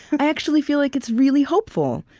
i actually feel like it's really hopeful,